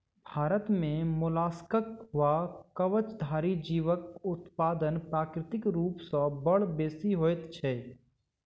भारत मे मोलास्कक वा कवचधारी जीवक उत्पादन प्राकृतिक रूप सॅ बड़ बेसि होइत छै